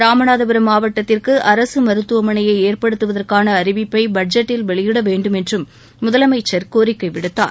ராமநாதபுரம் மாவட்டத்திற்கு அரசு மருத்துவமனையை ஏற்படுத்துவதற்கான அறிவிப்பை பட்ஜெட்டில் வெளியிட வேண்டும் என்றும் முதலமைச்சர் கோரிக்கை விடுத்தார்